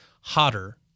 hotter